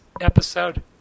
episode